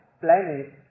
planet